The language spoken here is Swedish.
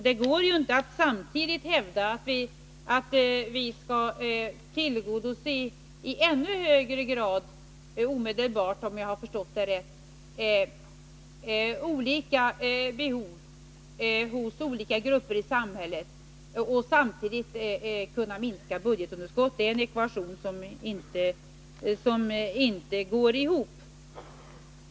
Det går inte att hävda att vi i ännu högre grad —- och omedelbart, om jag har förstått det rätt — skall tillgodose behov hos olika grupper i samhället och samtidigt mizska budgetunderskottet. Det är en ekvation som inte går ihop.